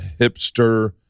hipster